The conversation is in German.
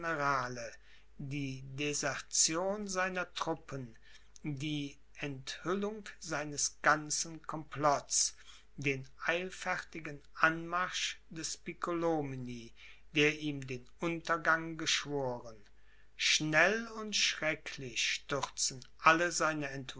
die desertion seiner truppen die enthüllung seines ganzen complots den eilfertigen anmarsch des piccolomini der ihm den untergang geschworen schnell und schrecklich stürzen alle seine